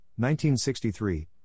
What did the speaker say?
1963